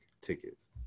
tickets